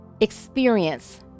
experience